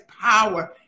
power